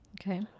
Okay